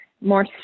more